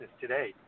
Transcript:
today